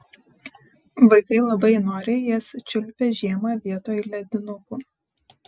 vaikai labai noriai jas čiulpia žiemą vietoj ledinukų